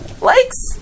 likes